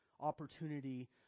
opportunity